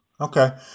okay